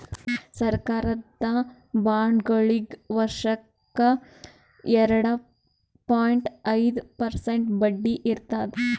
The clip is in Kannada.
ಸರಕಾರದ ಬಾಂಡ್ಗೊಳಿಗ್ ವರ್ಷಕ್ಕ್ ಎರಡ ಪಾಯಿಂಟ್ ಐದ್ ಪರ್ಸೆಂಟ್ ಬಡ್ಡಿ ಇರ್ತದ್